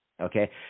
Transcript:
okay